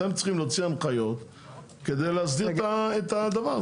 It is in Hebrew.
אתם צריכים להוציא הנחיות כדי להסדיר את הדבר הזה.